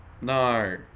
No